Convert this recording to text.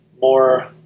more